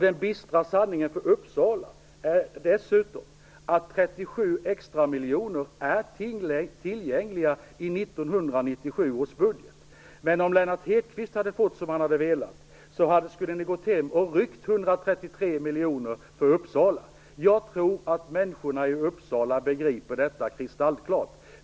Den bistra sanningen för Uppsala är dessutom att 37 extra miljoner är tillgängliga i 1997 års budget, men om Lennart Hedquist hade fått som om han hade velat hade Uppsalamoderaterna gått hem och ryckt undan 133 miljoner för Uppsala. Jag tror att människorna i Uppsala begriper detta kristallklart.